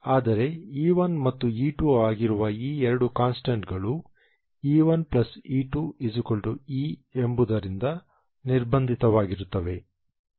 ಆದರೆ E1 ಮತ್ತು E2 ಆಗಿರುವ ಈ ಎರಡು ಕಾನ್ಸ್ಟಂಟ್ಗಳು E1 E2 E ಎಂಬುದರಿಂದ ನಿರ್ಭಂಧಿತವಾಗಿರುತ್ತವೆ